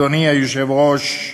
אדוני היושב-ראש,